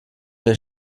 der